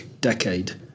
decade